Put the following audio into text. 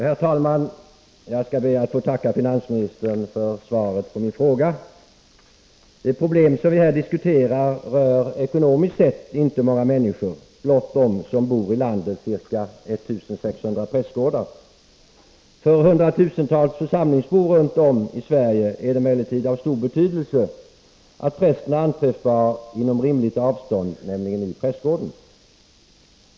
Herr talman! Jag skall be att få tacka finansministern för svaret på min fråga. Det problem vi här diskuterar rör ekonomiskt sett inte många människor — blott dem som bor i landets ca 1600 prästgårdar. För hundratusentals församlingsbor runt om i Sverige är det emellertid av stor betydelse att prästen är anträffbar inom rimligt avstånd, nämligen i prästgården.